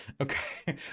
Okay